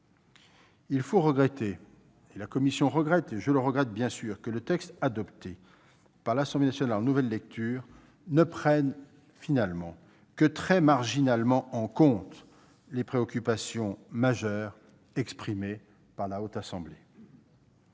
La commission des lois du Sénat et moi-même regrettons que le texte adopté par l'Assemblée nationale en nouvelle lecture ne prenne finalement que très marginalement en compte les préoccupations majeures exprimées par la Haute Assemblée.